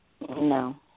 No